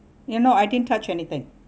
you know I didn't touch anything